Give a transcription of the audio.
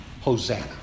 Hosanna